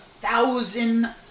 thousand